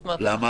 למה?